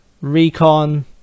Recon